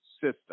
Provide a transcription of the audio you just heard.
system